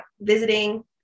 visiting